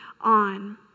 on